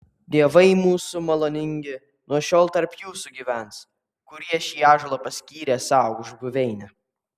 dievai mūsų maloningi nuo šiol tarp jūsų gyvens kurie šį ąžuolą paskyrė sau už buveinę